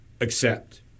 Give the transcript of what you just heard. accept